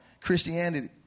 Christianity